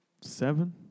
Seven